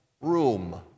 room